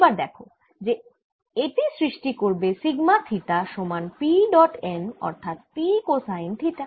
এবার দেখো যে এটি সৃষ্টি করবে সিগমা থিটা সমান P ডট n অর্থাৎ P কোসাইন থিটা